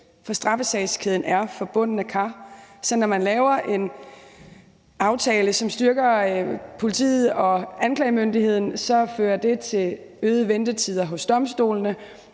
Straffesagskæden er forbundne kar, så når man laver en aftale, som styrker politiet og anklagemyndigheden, fører det til øgede ventetider hos domstolene,